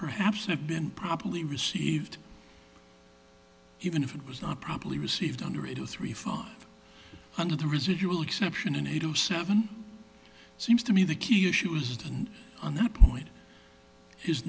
perhaps have been properly received even if it was not properly received under it was three five hundred the residual exception in a to seven seems to me the key issues than on that point his